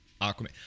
Aquaman